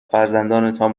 فرزندانتان